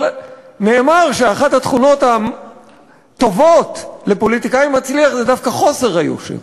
אבל נאמר שאחת התכונות הטובות לפוליטיקאי מצליח זה דווקא חוסר יושר.